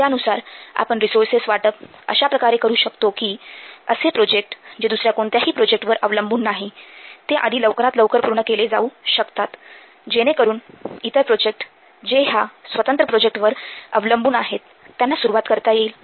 त्यानुसार आपण रिसोर्सेस वाटप अशाप्रकारे करू शकतो कि असे प्रोजेक्ट जे दुसऱ्या कोणत्याही प्रोजेक्टवर अवलंबून नाही ते आधी लवकरात लवकर पूर्ण केले जाऊ शकतात जेणेकरून इतर प्रोजेक्ट जे ह्या स्वतंत्र प्रोजेक्टवर अवलंबून आहे त्यांना सुरुवात करता येईल